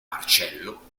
marcello